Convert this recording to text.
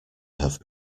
have